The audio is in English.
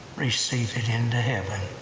receive it into heaven.